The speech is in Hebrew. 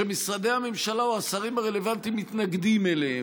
ומשרדי הממשלה או השרים הרלוונטיים מתנגדים להם,